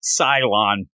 Cylon